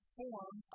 form